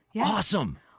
awesome